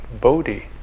bodhi